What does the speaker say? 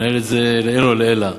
הוא מנהל את זה לעילא ולעילא.